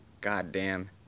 goddamn